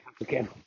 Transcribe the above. again